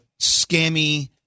scammy